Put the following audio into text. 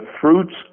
fruits